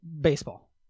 baseball